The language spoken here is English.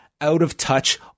out-of-touch